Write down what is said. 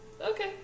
Okay